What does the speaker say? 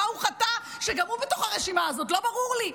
מה הוא חטא שגם הוא בתוך הרשימה הזאת לא ברור לי,